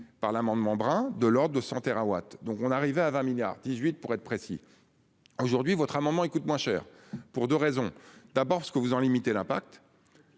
par l'amendement brins de l'ordre de 100 térawatts, donc on arrivait à 20 milliards 18 pour être précis. Aujourd'hui votre amendement et coûte moins cher pour 2 raisons, d'abord parce que vous en limiter l'impact.